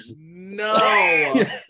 no